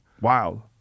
Wow